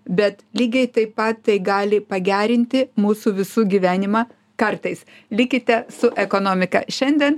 bet lygiai taip pat tai gali pagerinti mūsų visų gyvenimą kartais likite su ekonomika šiandien